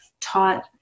taught